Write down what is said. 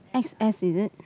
x_s is it